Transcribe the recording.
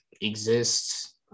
exists